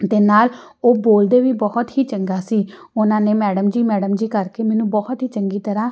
ਅਤੇ ਨਾਲ ਉਹ ਬੋਲਦੇ ਵੀ ਬਹੁਤ ਹੀ ਚੰਗਾ ਸੀ ਉਹਨਾਂ ਨੇ ਮੈਡਮ ਜੀ ਮੈਡਮ ਜੀ ਕਰਕੇ ਮੈਨੂੰ ਬਹੁਤ ਹੀ ਚੰਗੀ ਤਰ੍ਹਾਂ